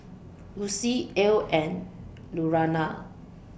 Lucie Ell and Lurana